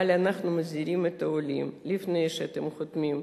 אבל אנחנו מזהירים את העולים: לפני שאתם חותמים,